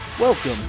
Welcome